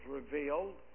revealed